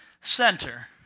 center